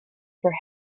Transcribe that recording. for